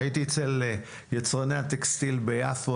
כשהייתי אצל יצרני הטקסטיל ביפו,